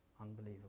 Unbelievable